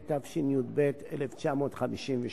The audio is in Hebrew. התשי"ב 1952,